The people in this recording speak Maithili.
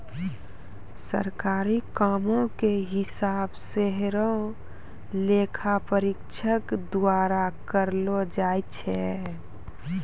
सरकारी कामो के हिसाब सेहो लेखा परीक्षक द्वारा करलो जाय छै